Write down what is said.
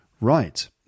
Right